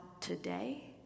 today